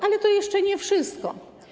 Ale to jeszcze nie wszystko.